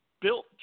built